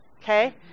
Okay